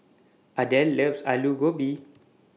Adel loves Aloo Gobi